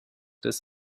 des